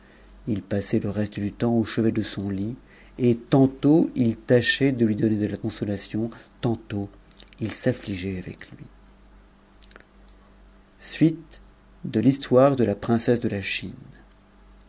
il passait e reste du temps au chevet de son lit et tantôt il tâchait de lui donner de consolation tantôt il s'affligeait avec lui sute de l'uistoute dk la l'rikcessë de